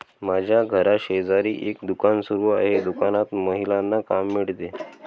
माझ्या घराशेजारी एक दुकान सुरू आहे दुकानात महिलांना काम मिळते